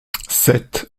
sept